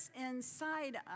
inside